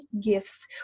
gifts